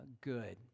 good